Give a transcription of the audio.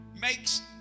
makes